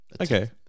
Okay